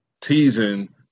teasing